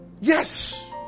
yes